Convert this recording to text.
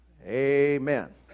amen